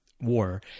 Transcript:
war